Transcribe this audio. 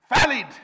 valid